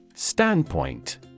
Standpoint